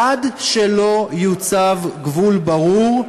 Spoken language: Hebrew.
עד שלא יוצב גבול ברור,